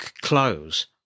close